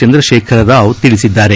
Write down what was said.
ಚಂದ್ರಶೇಖರ್ ರಾವ್ ತಿಳಿಸಿದ್ದಾರೆ